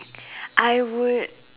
I would